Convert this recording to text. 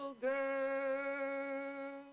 girl